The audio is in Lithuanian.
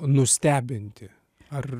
nustebinti ar